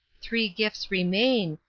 three gifts remain.